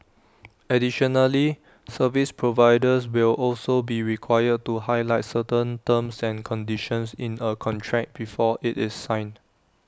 additionally service providers will also be required to highlight certain terms and conditions in A contract before IT is signed